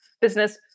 business